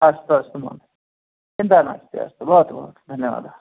अस्तु अस्तु महोदय चिन्ता नास्ति अस्तु भवतु भवतु धन्यवादः